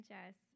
Jess